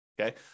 okay